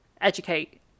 educate